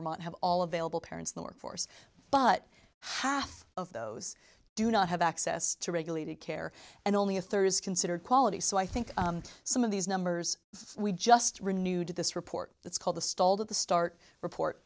vermont have all available parents in the workforce but how of those do not have access to regulated care and only a third is considered quality so i think some of these numbers we just renewed this report it's called the stalled at the start report